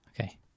okay